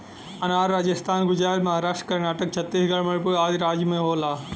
अनार राजस्थान गुजरात महाराष्ट्र कर्नाटक छतीसगढ़ मणिपुर आदि राज में होला